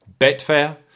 Betfair